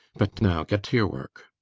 but now, get to your work.